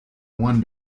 one